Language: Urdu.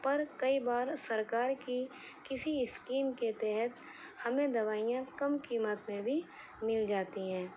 پر کئی بار سرکار کی کسی اسکیم کے تحت ہمیں دوائیاں کم قیمت میں بھی مل جاتی ہیں